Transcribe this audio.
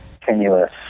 continuous